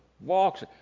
Walks